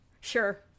Sure